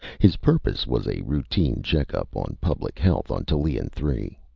his purpose was a routine checkup on public health on tallien three.